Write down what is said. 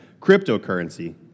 cryptocurrency